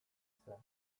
zehar